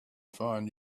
find